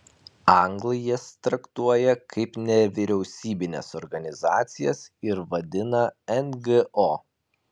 anglai jas traktuoja kaip nevyriausybines organizacijas ir vadina ngo